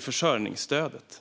försörjningsstödet.